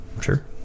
Sure